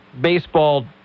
baseball